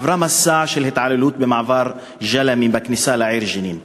עברה מסע של התעללות במעבר ג'למה בכניסה לעיר ג'נין.